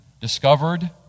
discovered